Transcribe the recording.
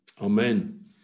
Amen